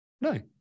No